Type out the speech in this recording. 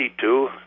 two